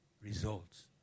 results